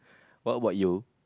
what about you